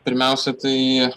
pirmiausia tai